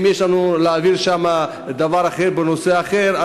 אם יש משהו שיש להעביר שם בנושא אחר,